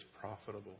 profitable